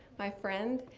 my friend,